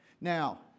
Now